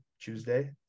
Tuesday